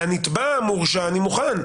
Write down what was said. על הנתבע המורשע אני מוכן,